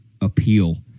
appeal